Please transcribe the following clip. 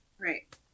right